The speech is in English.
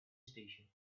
station